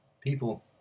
people